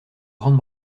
grande